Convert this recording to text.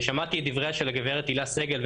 שמעתי את דבריה של הגברת הילה סגל,